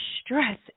stress